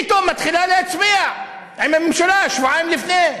פתאום מתחילה להצביע עם הממשלה שבועיים לפני?